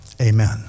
Amen